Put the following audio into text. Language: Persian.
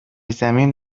زمین